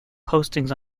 postings